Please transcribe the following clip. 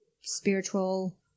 spiritual